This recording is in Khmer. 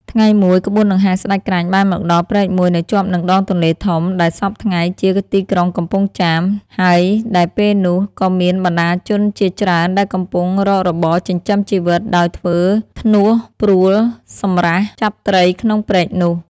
ថ្ងៃមួយ ក្បួនដង្ហែស្ដេចក្រាញ់បានមកដល់ព្រែកមួយនៅជាប់នឹងដងទន្លេធំ ដែលសព្វថ្ងៃជា ទីក្រុងកំពង់ចាម ហើយដែលពេលនោះក៏មានបណ្ដាជនជាច្រើនដែលកំពុងរករបរចិញ្ចឹមជីវិតដោយធ្វើ ធ្នោះ ព្រួល សម្រះ ចាប់ត្រីក្នុងព្រែកនោះ ។